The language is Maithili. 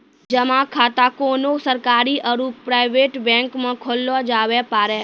जमा खाता कोन्हो सरकारी आरू प्राइवेट बैंक मे खोल्लो जावै पारै